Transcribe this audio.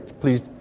Please